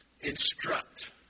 Instruct